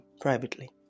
privately